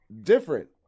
different